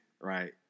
right